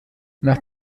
nach